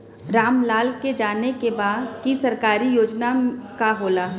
राम लाल के जाने के बा की सरकारी योजना का होला?